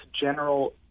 general